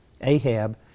Ahab